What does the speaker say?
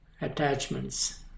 attachments